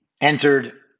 entered